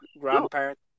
grandparents